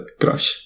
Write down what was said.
crush